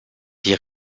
die